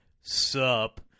Sup